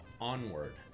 Onward